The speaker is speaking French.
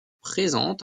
présente